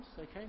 okay